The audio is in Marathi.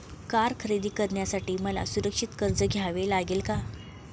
कार खरेदी करण्यासाठी मला सुरक्षित कर्ज घ्यावे लागेल का?